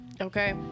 Okay